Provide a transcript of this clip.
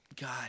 God